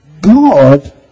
God